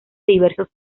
diversos